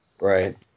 Right